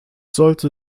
sollte